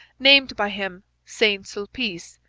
named by him saint-sulpice,